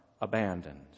abandoned